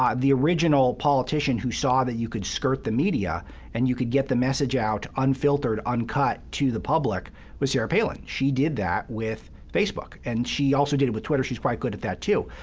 um the original politician who saw that you could skirt the media and you could get the message out unfiltered, uncut to the public was sarah palin. she did that with facebook, and she also did it with twitter. she's quite good at that, too,